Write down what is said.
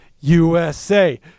USA